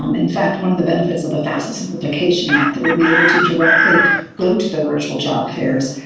um in fact, one of the benefits of the fafsa simplification act that we'll be able to directly go to the virtual job fairs,